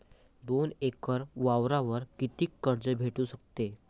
दोन एकर वावरावर कितीक कर्ज भेटू शकते?